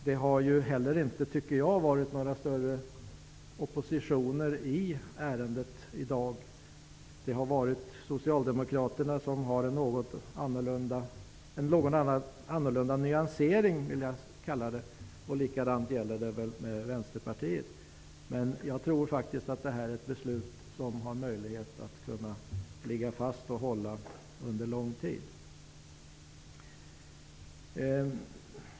Det har inte heller, tycker jag, varit några större oppositioner i ärendet i dag. Socialdemokraterna har en något annorlunda nyansering, vill jag kalla det. Detsamma gäller Vänsterpartiet. Jag tror faktiskt det här är ett beslut som kan ligga fast under lång tid.